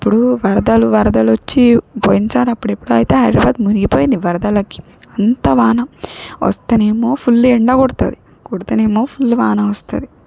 ఇప్పుడు వరదలు వరదలు వచ్చి పోయినసారి అప్పుడెప్పుడో అయితే హైదరాబాద్ మునిగిపోయింది వరదలకి అంత వాన వస్తేనేమో ఫుల్ ఎండ కొడతాది కొడితేనేమో ఫుల్ వాన వస్తుంది